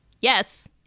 yes